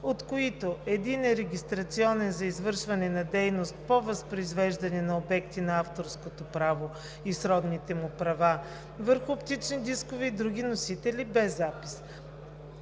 от които един е регистрационен за извършване на дейност по възпроизвеждане на обекти на авторското право и сродните му права върху оптични дискове и други носители без запис.